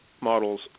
models